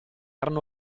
erano